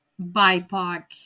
BIPOC